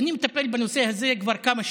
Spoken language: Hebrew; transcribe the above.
אני מטפל בנושא הזה כבר כמה שנים.